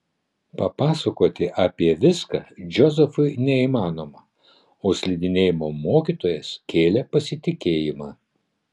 papasakoti apie viską džozefui neįmanoma o slidinėjimo mokytojas kėlė pasitikėjimą